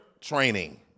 training